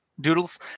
Doodles